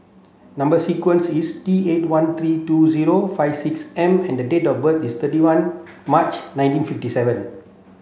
number sequence is T eight one three two zero five six M and date of birth is thirty one March nineteen fifty seven